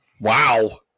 wow